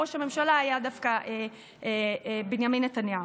שראש הממשלה היה דווקא בנימין נתניהו.